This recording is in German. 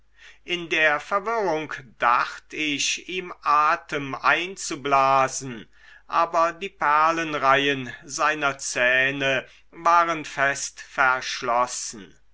in der verwirrung dacht ich ihm atem einzublasen aber die perlenreihen seiner zähne waren fest verschlossen